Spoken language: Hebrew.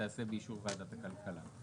תיעשה באישור ועדת הכלכלה.